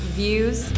views